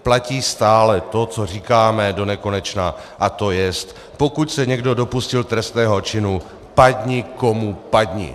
Platí stále to, co říkáme donekonečna, a to je, pokud se někdo dopustil trestného činu, padni komu padni.